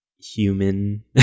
human